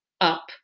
up